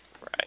Right